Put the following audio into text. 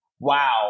Wow